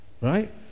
right